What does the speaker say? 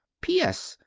p s.